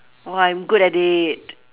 !wah! I'm good at it